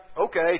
okay